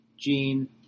gene